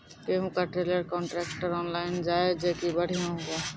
गेहूँ का trailer contractor online जाए जैकी बढ़िया हुआ